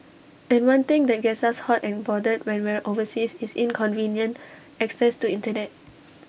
and one thing that gets us hot and bothered when we're overseas is inconvenient access to Internet